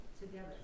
Together